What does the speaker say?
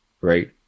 right